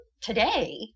today